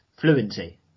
Fluency